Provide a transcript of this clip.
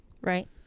Right